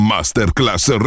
Masterclass